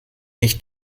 nicht